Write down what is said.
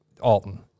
Alton